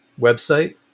website